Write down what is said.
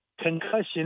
concussion